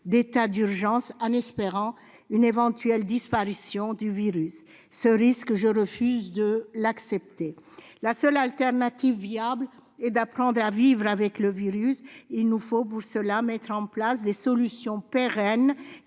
l'état d'urgence en espérant une éventuelle disparition du virus ? Ce risque, je refuse de l'accepter. Le seul choix possible est d'apprendre à vivre avec le virus. Il nous faut pour cela mettre en place des solutions pérennes